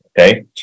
okay